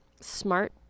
smart